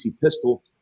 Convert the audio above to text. pistol